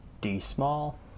D-small